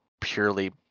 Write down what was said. purely